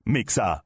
Mixa